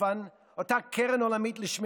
אוסאמה סעדי.